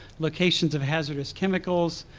locations of hazardous chemicals,